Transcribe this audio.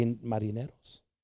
Marineros